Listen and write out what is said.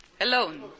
alone